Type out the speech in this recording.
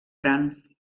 gran